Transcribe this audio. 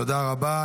תודה רבה.